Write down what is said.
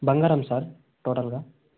బంగారం సార్ టోటల్గా